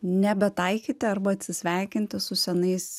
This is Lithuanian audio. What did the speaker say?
nebetaikyti arba atsisveikinti su senais